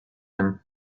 him